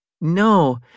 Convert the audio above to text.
No